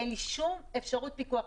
אין לי שום אפשרות פיקוח.